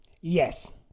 yes